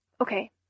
Okay